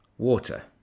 Water